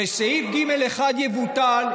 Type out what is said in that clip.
אם סעיף ג(1) יבוטל,